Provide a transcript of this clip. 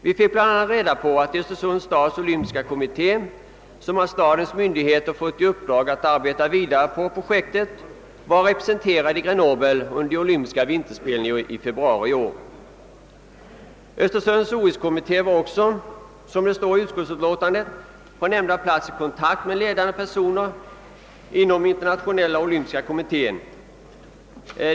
Vi fick bl.a. reda på att Östersunds stads olympiska kommitté, som av stadens myndigheter fått i uppdrag att arbeta vidare på projektet, var representerad i Grenoble under de olympiska vinterspelen i februari i år. Representanterna var därvid i kontakt med ledande personer inom Internationella olympiska kommittén.